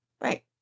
Right